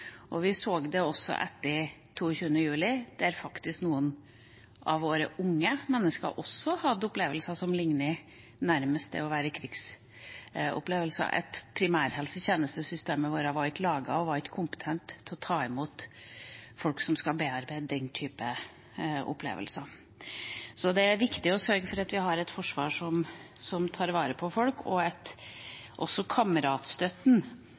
Vi så det også etter 22. juli – da noen av våre unge mennesker faktisk også hadde opplevelser som nærmest ligner det å være krigsopplevelser – at primærhelsetjenesystemet vårt ikke var laget for og ikke var kompetent til å ta imot folk som skal bearbeide den typen opplevelser. Så det er viktig å sørge for at vi har et forsvar som tar vare på folk, og kameratstøtten